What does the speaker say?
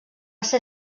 ser